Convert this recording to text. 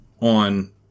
on